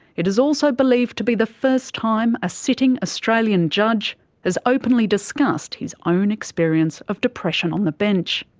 it is also believed to be the first time a sitting australian judge has openly discussed his own experience of depression on the bench.